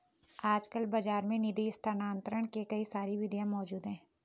आजकल बाज़ार में निधि स्थानांतरण के कई सारी विधियां मौज़ूद हैं